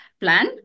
plan